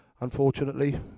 Unfortunately